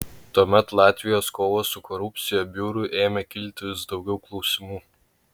tuomet latvijos kovos su korupcija biurui ėmė kilti vis daugiau klausimų